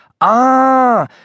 Ah